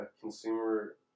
consumer